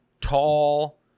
tall